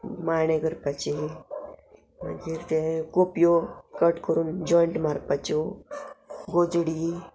मांडे करपाचे मागीर ते कोपयो कट करून जॉयंट मारपाच्यो गोजडी